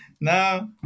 No